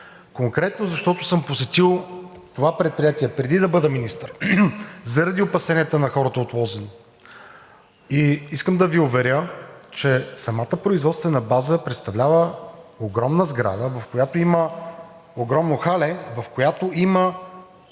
Конкретно, защото съм посетил това предприятие, преди да бъда министър, заради опасенията на хората от Лозен, искам да Ви уверя, че самата производствена база представлява огромна сграда, в която има огромно хале, в което има